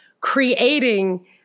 creating